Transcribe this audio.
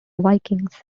vikings